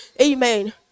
Amen